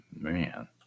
Man